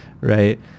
right